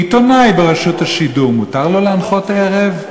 עיתונאי ברשות השידור, מותר לו להנחות ערב?